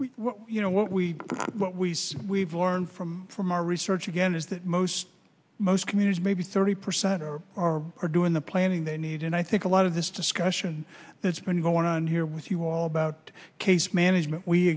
von you know what we what we we've learned from from our research again is that most most communities maybe thirty percent or more are doing the planning they need and i think a lot of this discussion that's been going on here with you all about case management we